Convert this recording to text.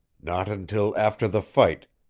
not until after the fight,